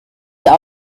ihr